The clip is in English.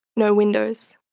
no windows.